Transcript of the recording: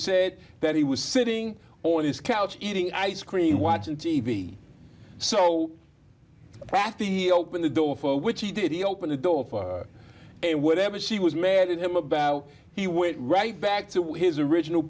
said that he was sitting on his couch eating ice cream watching t v so after he opened the door for which he did he open the door and whatever she was mad at him about he went right back to his original